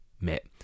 met